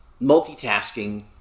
multitasking